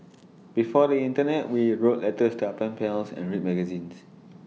before the Internet we wrote letters to our pen pals and read magazines